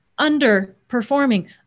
underperforming